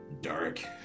dark